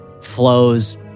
flows